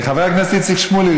חבר הכנסת איציק שמולי,